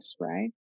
right